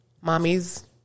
Mommy's